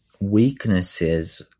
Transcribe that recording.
weaknesses